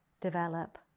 develop